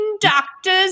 doctors